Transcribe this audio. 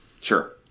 Sure